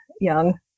young